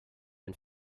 and